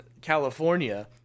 California